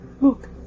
Look